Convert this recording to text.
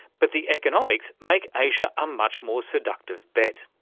but the economics make asia a much more seductive bet,